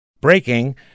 Breaking